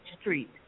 Street